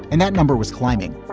and that number was climbing.